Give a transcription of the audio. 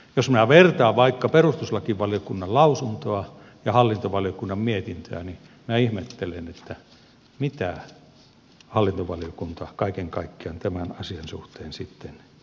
jos minä vertaan vaikka perustuslakivaliokunnan lausuntoa ja hallintovaliokunnan mietintöä niin minä ihmettelen mitä hallintovaliokunta kaiken kaikkiaan tämän asian suhteen teki